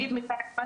התחושה שלנו,